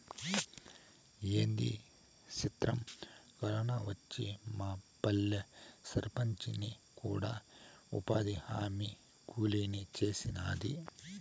ఏంది సిత్రం, కరోనా వచ్చి మాపల్లె సర్పంచిని కూడా ఉపాధిహామీ కూలీని సేసినాది